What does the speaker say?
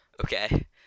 Okay